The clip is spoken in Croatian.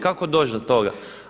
Kako doći do toga?